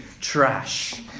trash